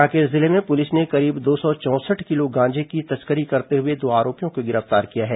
कांकेर जिले में पुलिस ने करीब दो सौ चौंसठ किलो गांजे की तस्करी करते हुए दो आरोपियों को गिरफ्तार किया है